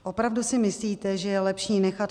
Opravdu si myslíte, že je lepší nechat